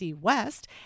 West